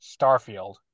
Starfield